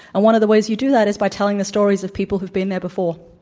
and one of the ways you do that is by telling the stories of people who've been there before.